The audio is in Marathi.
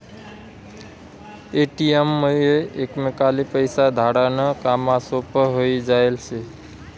ए.टी.एम मुये एकमेकले पैसा धाडा नं काम सोपं व्हयी जायेल शे